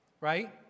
right